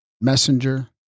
Messenger